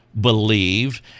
believe